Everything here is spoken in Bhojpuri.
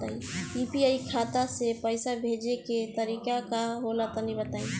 यू.पी.आई खाता से पइसा भेजे के तरीका का होला तनि बताईं?